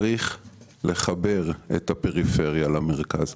צריך לחבר את הפריפריה למרכז.